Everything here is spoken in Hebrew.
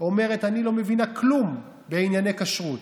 היא אומרת: אני לא מבינה כלום בענייני כשרות,